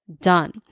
done